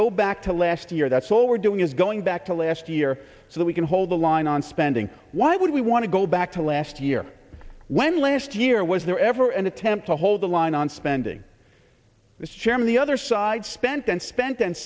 go back to last year that's all we're doing is going back to last year so that we can hold the line on spending why would we want to go back to last year when last year was there ever an attempt to hold the line on spending as chairman the other side spent and spent and